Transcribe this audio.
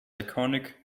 iconic